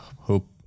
hope